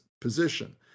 position